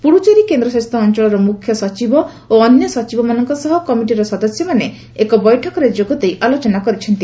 ପୁଡ଼ୁଚେରୀ କେନ୍ଦଶାସତ ଅଞ୍ଚଳର ମ୍ରଖ୍ୟସଚିବ ଓ ଅନ୍ୟ ସଚିବମାନଙ୍କ ସହ କମିଟିର ସଦସ୍ୟମାନେ ଏକ ବୈଠକରେ ଯୋଗଦେଇ ଆଲୋଚନା କରିଛନ୍ତି